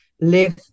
live